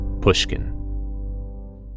Pushkin